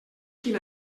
quin